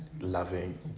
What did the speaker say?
loving